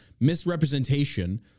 misrepresentation